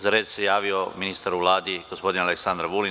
Za reč se javio ministar u Vladi, gospodin Aleksandar Vulin.